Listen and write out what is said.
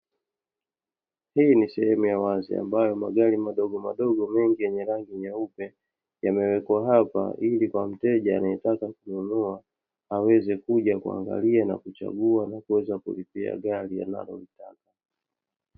Hii ni sehemu ya wazi, ambayo magari madogomadogo mengi yenye rangi nyeupe yamewekwa hapa ili kwa mteja anayetaka kununua aweze kuja kuangalia na kuchagua na kuweza kulipia gari analolitaka.